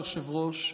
היושב-ראש,